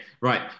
right